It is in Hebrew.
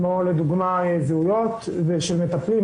כמו לדוגמה זהויות של מטפלים.